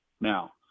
Now